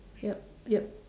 yup yup